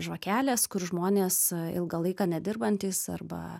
žvakelės kur žmonės ilgą laiką nedirbantys arba